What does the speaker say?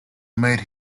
made